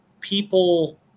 people